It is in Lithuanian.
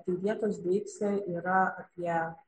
tai vietos deiksė yra apie